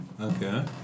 Okay